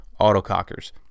autocockers